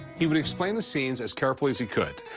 he would explain the scenes as carefully as he could,